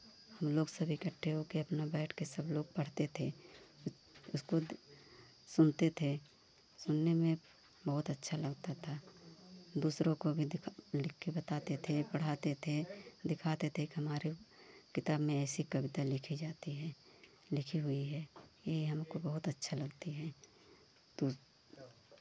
हम लोग सब इक्कठे हो के अपना बैठ के सब लोग पढ़ते थे उसको सुनते थे सुनने में बहुत अच्छा लगता था दूसरों को भी दिखा लिख के बताते थे पढ़ाते थे दिखाते थे कि हमारे किताब में ऐसी कविता लिखी जाती है लिखी हुई है ये हमको बहुत अच्छा लगती हैं तो